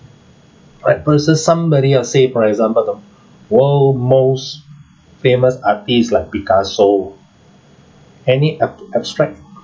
right versus somebody let's say for example the world most famous artists like picasso any ab~ abstract